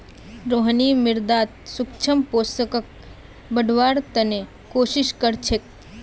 रोहिणी मृदात सूक्ष्म पोषकक बढ़व्वार त न कोशिश क र छेक